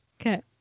Okay